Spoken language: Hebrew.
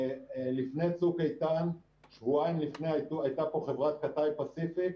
שבועיים לפני צוק איתן הייתה פה חברת קת'אי פסיפיק,